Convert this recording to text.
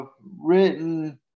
written